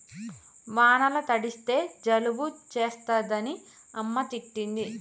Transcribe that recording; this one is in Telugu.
వానల తడిస్తే జలుబు చేస్తదని అమ్మ తిట్టింది